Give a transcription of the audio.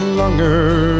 longer